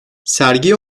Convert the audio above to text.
sergiye